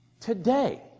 today